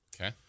Okay